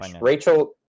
Rachel